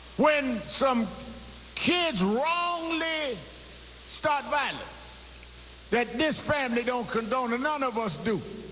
when some kids wrongly start violence that this family don't condone and none of us do,